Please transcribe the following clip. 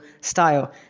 style